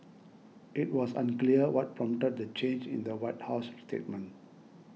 it was unclear what prompted the change in the White House statement